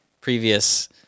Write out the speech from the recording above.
previous